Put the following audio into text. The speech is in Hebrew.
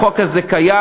החוק הזה קיים,